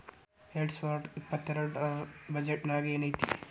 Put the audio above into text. ಎರ್ಡ್ಸಾವರ್ದಾ ಇಪ್ಪತ್ತೆರ್ಡ್ ರ್ ಬಜೆಟ್ ನ್ಯಾಗ್ ಏನೈತಿ?